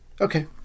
Okay